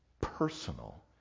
personal